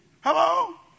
Hello